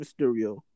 Mysterio